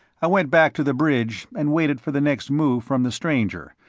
i went back to the bridge, and waited for the next move from the stranger,